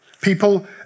People